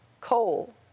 Coal